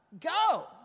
go